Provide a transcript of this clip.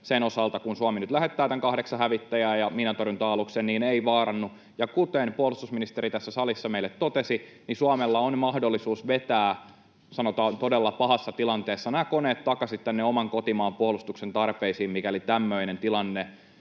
sen osalta, kun Suomi nyt lähettää nämä kahdeksan hävittäjää ja miinantorjunta-aluksen? Ei vaarannu. Kuten puolustusministeri tässä salissa meille totesi, Suomella on mahdollisuus vetää, sanotaan, todella pahassa tilanteessa nämä koneet takaisin tänne oman kotimaan puolustuksen tarpeisiin, mikäli tämmöinen tilanne